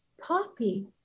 poppy